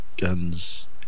guns